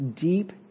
deep